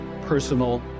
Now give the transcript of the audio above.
personal